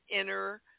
inner